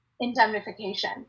indemnification